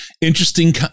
Interesting